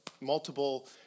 multiple